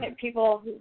people